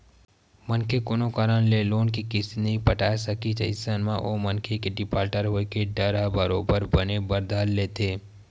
मनखे कोनो कारन ले लोन के किस्ती नइ पटाय सकिस अइसन म ओ मनखे के डिफाल्टर होय के डर ह बरोबर बने बर धर लेथे